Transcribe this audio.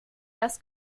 das